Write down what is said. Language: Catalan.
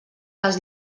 les